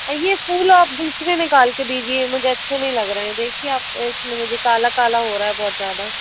ये फूल आप दूसरे निकाल के दीजिए मुझे अच्छे नहीं लग रहे हैं देखिए आप इसमें मुझे काला काला हो रहा है बहुत ज़्यादा